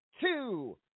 two